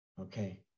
Okay